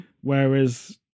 Whereas